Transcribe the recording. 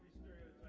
scenarios